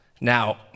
Now